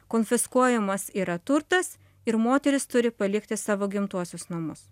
konfiskuojamas yra turtas ir moteris turi palikti savo gimtuosius namus